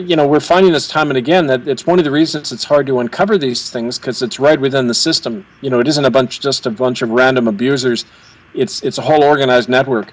you know we're finding this time and again that it's one of the reasons it's hard to uncover these things because it's right within the system you know it isn't a bunch just a bunch of random abusers it's a whole organized network